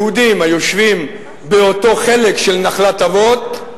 יהודים יושבים באותו חלק של נחלת אבות,